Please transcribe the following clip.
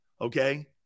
Okay